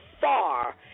far